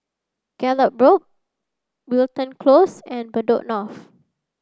Gallop Road Wilton Close and Bedok North